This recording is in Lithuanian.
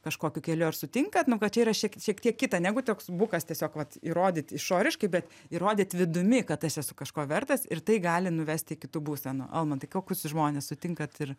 kažkokiu keliu ar sutinkat nu kad čia yra šiek šiek tiek kita negu toks bukas tiesiog vat įrodyt išoriškai bet įrodyt vidumi kad aš esu kažko vertas ir tai gali nuvest iki tų būsenų almantai kokius žmones sutinkat ir